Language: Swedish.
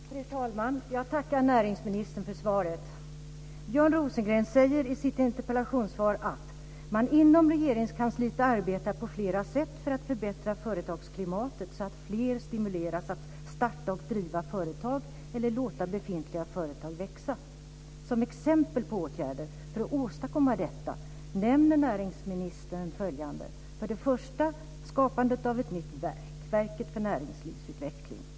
Fru talman! Jag tackar näringsministern för svaret. Björn Rosengren säger i sitt interpellationssvar att man inom Regeringskansliet arbetar på flera sätt för att förbättra företagsklimatet så att fler stimuleras att starta och driva företag eller att låta befintliga företag växa. Som exempel på åtgärder för att åstadkomma detta nämner näringsministern för det första skapandet av ett nytt verk, Verket för Näringslivsutveckling.